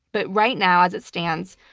but right now, as it stands,